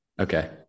Okay